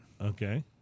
Okay